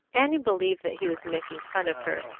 annie believed that he was making fun of her,